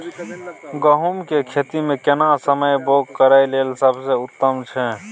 गहूम के खेती मे केना समय बौग करय लेल सबसे उत्तम छै?